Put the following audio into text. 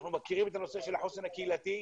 אנחנו מכירים את הנושא של החוסן הקהילתי.